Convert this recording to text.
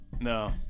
No